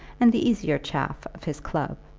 and the easier chaff of his club.